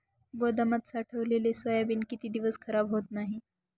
गोदामात साठवलेले सोयाबीन किती दिवस खराब होत नाही?